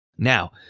Now